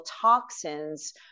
toxins